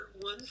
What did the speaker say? one